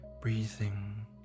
breathing